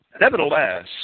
Nevertheless